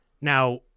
Now